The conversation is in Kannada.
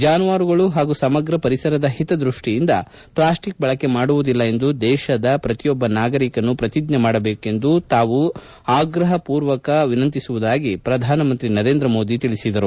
ಜಾನುವಾರುಗಳು ಪಾಗೂ ಸಮಗ್ರ ಪರಿಸರದ ಹಿತದ್ಯಷ್ಟಿಯಿಂದ ಪ್ಲಾಸ್ಟಿಕ್ ಬಳಕೆ ಮಾಡುವುದಿಲ್ಲ ಎಂದು ದೇಶದ ಪ್ರತಿಯೊಬ್ಬ ನಾಗರಿಕನೂ ಪ್ರತಿಜ್ಞೆ ಮಾಡಬೇಕೆಂದು ತಾವು ಆಗ್ರಹಮೂರ್ವಕ ವಿನಂತಿಸುವುದಾಗಿ ಪ್ರಧಾನಮಂತ್ರಿ ನರೇಂದ್ರ ಮೋದಿ ಹೇಳಿದರು